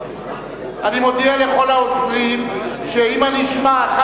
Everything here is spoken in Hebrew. אני מודיע לכל העוזרים שאם אני אשמע אחד